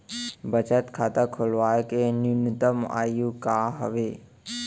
बचत खाता खोलवाय के न्यूनतम आयु का हवे?